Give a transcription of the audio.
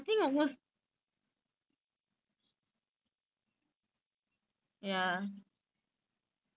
like the most saddest is the malaysia though maaysia போனா:ponaa you can do shopping eat chit-chat